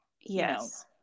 Yes